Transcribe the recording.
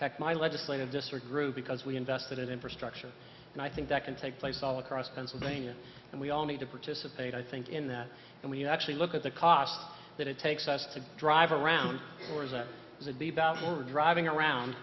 heck my legislative district grew because we invested in infrastructure and i think that can take place all across pennsylvania and we all need to participate i think in that and when you actually look at the cost that it takes us to drive around or is it the day that we're driving around